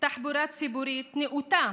תחבורה ציבורית נאותה